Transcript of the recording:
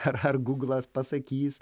ar ar gūglas pasakys